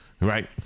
right